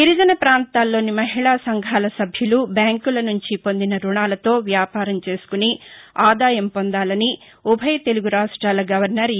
గిరిజన ప్రాంతాల్లోని మహిళా సంఘాల సభ్యులు బ్యాంకుల నుంచి పొందిన రుణాలతో వ్యాపారం చేసుకొని ఆదాయం పొందాలని ఉభయ తెలుగు రాష్టాల గవర్నర్ ఈ